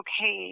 okay